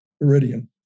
Iridium